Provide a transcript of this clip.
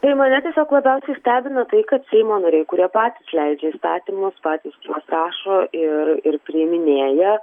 tai mane tiesiog labiausiai stebina tai kad seimo nariai kurie patys leidžia įstatymus patys juos rašo ir ir priiminėja